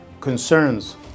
concerns